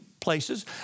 places